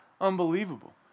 Unbelievable